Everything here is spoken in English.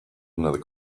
another